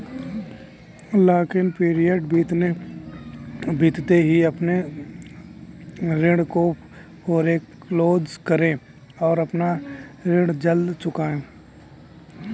lock in period बीतते ही अपने ऋण को फोरेक्लोज करे और अपना ऋण जल्द चुकाए